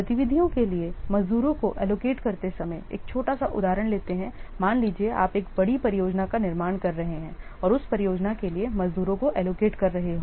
गतिविधियों के लिए मजदूरों को एलोकेट करते समय एक छोटा सा उदाहरण लेते हैं मान लीजिए आप एक बड़ी परियोजना का निर्माण कर रहे हैं और उस परियोजना के लिए मजदूरों को एलोकेट कर रहे हो